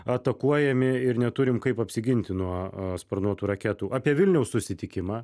atakuojami ir neturim kaip apsiginti nuo sparnuotų raketų apie vilniaus susitikimą